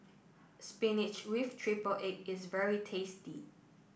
Spinach with Triple Egg is very tasty